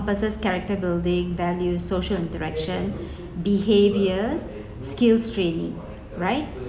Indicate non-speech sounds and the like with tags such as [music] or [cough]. encompasses character building value social interaction [breath] behaviours skills training right